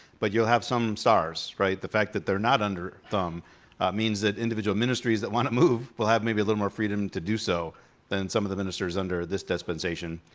but you'll have some stars, right? the fact that they're not under a thumb means that individual ministries that wanna move will have maybe a little more freedom to do so than some of the ministers under this dispensation.